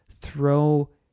throw